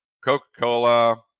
coca-cola